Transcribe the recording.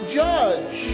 judge